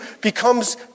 becomes